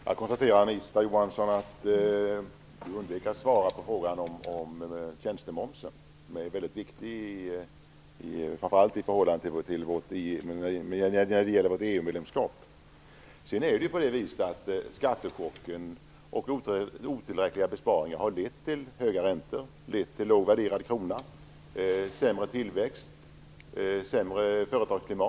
Fru talman! Jag konstaterar att Anita Johansson undviker att svara på frågan om tjänstemomsen, vilken är väldigt viktig framför allt när det gäller vårt Skattechocken och även otillräckliga besparingar har lett till höga räntor, till en lågt värderad krona, till sämre tillväxt och till ett sämre företagsklimat.